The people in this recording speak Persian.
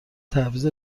تعویض